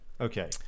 Okay